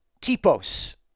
typos